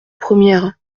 première